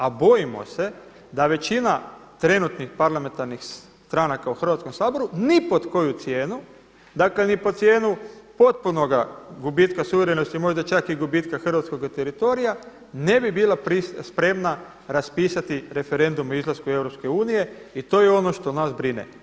A bojimo se da većina trenutnih parlamentarnih stranaka u Hrvatskom saboru ni pod koju cijenu dakle, ni pod cijenu potpunoga gubitka suverenosti, možda čak i gubitka hrvatskoga teritorija ne bi bila spremna raspisati referendum o izlasku iz Europske unije i to je ono što nas brine.